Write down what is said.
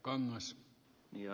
arvoisa puhemies